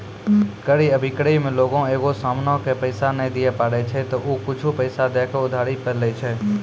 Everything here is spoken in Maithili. क्रय अभिक्रय मे लोगें एगो समानो के पैसा नै दिये पारै छै त उ कुछु पैसा दै के उधारी पे लै छै